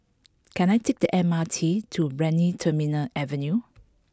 can I take the M R T to Brani Terminal Avenue